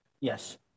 Yes